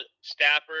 staffer